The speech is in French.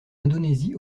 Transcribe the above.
indonésie